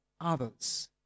others